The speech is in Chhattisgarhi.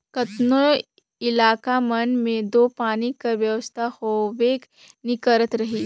केतनो इलाका मन मे दो पानी कर बेवस्था होबे नी करत रहिस